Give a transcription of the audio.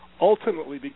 ultimately